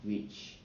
which